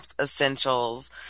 essentials